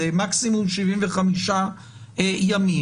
למקסימום 75 ימים,